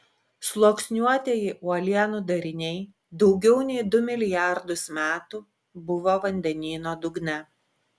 sluoksniuotieji uolienų dariniai daugiau nei du milijardus metų buvo vandenyno dugne